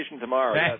tomorrow